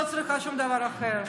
לא צריכה שום דבר אחר.